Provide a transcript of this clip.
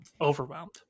Overwhelmed